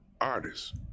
artists